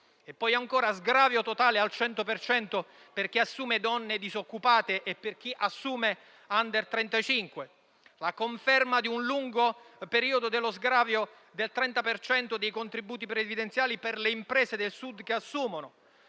vi è lo sgravio al 100 per cento per chi assume donne disoccupate e per chi assume *under* 35, la conferma di un lungo periodo dello sgravio del 30 per cento dei contributi previdenziali per le imprese del Sud che assumono,